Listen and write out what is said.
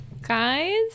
Guys